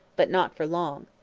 but not for long.